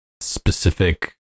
specific